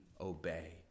obey